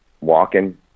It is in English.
walking